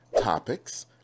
topics